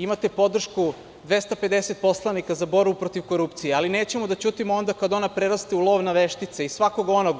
Imate podršku 250 poslanika za borbu protiv korupcije, ali nećemo da ćutimo onda kada ona preraste u lov na veštice i svakog onog